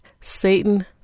Satan